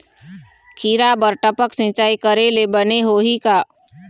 खिरा बर टपक सिचाई करे ले बने होही का?